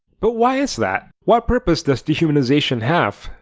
but why is that? what purpose does dehumanization have?